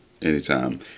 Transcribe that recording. anytime